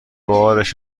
بارش